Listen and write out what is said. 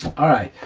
all right,